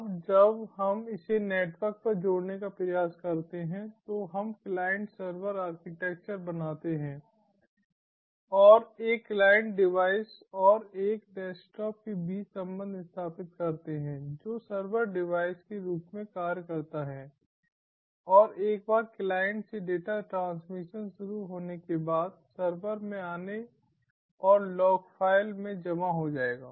अब जब हम इसे नेटवर्क पर जोड़ने का प्रयास करते हैं तो हम क्लाइंट सर्वर आर्किटेक्चर बनाते हैं और एक क्लाइंट डिवाइस और एक डेस्कटॉप के बीच संबंध स्थापित करते हैं जो सर्वर डिवाइस के रूप में कार्य करता है और एक बार क्लाइंट से डेटा ट्रांसमिशन शुरू होने के बाद सर्वर में आने और लॉग फाइल में जमा हो जाएगा